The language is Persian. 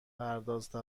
توقف